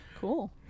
Cool